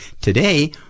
today